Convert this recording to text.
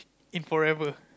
in forever